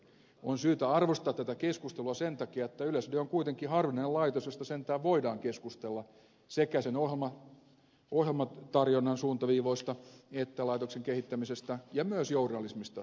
on syytä arvostaa tätä keskustelua sen takia että yleisradio on kuitenkin harvinainen laitos josta sentään voidaan keskustella sekä sen ohjelmatarjonnan suuntaviivoista että laitoksen kehittämisestä ja myös journalismista siitäkin saa keskustella